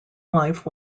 life